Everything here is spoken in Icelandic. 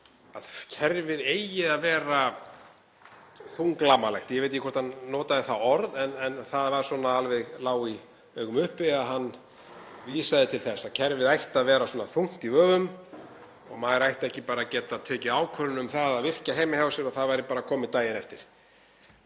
að kerfið eigi að vera þunglamalegt. Ég veit ekki hvort hann notaði það orð en það lá í augum uppi að hann vísaði til þess að kerfið ætti að vera þungt í vöfum og maður ætti ekki að geta tekið ákvörðun um að virkja heima hjá sér og það væri bara komið daginn eftir.